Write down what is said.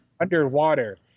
underwater